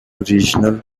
regional